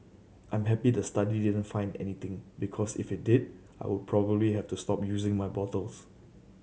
I'm happy the study didn't find anything because if it did I would probably have to stop using my bottles